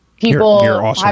people